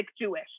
Jewish